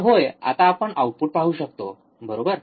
तर होय आता आपण आउटपुट पाहू शकतो बरोबर